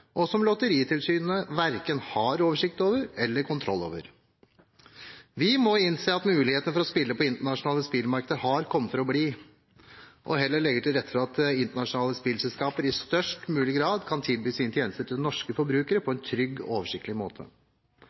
og som Lotteritilsynet verken har oversikt eller kontroll over. Vi må innse at mulighetene for å spille på internasjonale spillmarkeder har kommet for å bli, og heller legge til rette for at internasjonale spillselskaper i størst mulig grad kan tilby sine tjenester til norske forbrukere på en trygg og oversiktlig måte.